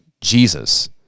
Jesus